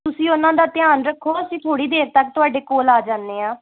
ਤੁਸੀਂ ਉਹਨਾਂ ਦਾ ਧਿਆਨ ਰੱਖੋ ਅਸੀਂ ਥੋੜ੍ਹੀ ਦੇਰ ਤੱਕ ਤੁਹਾਡੇ ਕੋਲ ਆ ਜਾਂਦੇ ਹਾਂ